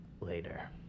later